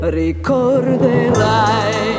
ricorderai